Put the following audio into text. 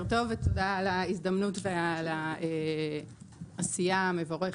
ותודה על ההזדמנות ועל העשייה המבורכת,